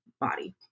body